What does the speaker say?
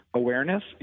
awareness